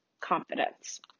confidence